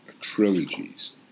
trilogies